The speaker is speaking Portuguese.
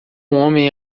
homem